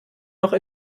noch